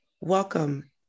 Welcome